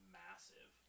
massive